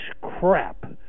crap